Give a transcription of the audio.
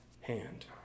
hand